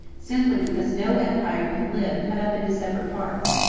simply because no empire can live cut up into separate parts.